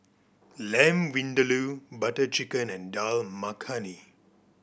Lamb Vindaloo Butter Chicken and Dal Makhani